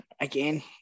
again